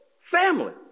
family